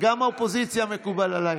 וגם האופוזיציה, מקובל עליי,